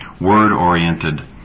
word-oriented